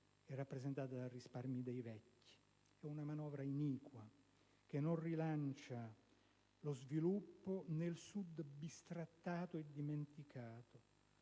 le famiglie ed i risparmi dei vecchi. È una manovra iniqua, che non rilancia né lo sviluppo né il Sud bistrattato e dimenticato,